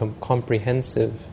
comprehensive